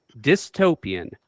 dystopian